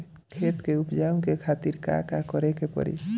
खेत के उपजाऊ के खातीर का का करेके परी?